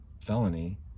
felony